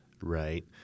Right